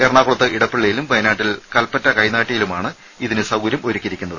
എറണാകുളത്ത് ഇടപ്പള്ളിയിലും വയനാട്ടിൽ കൽപ്പറ്റ കൈനാട്ടിയിലുമാണ് ഇതിന് സൌകര്യമൊരുക്കിയിരിക്കുന്നത്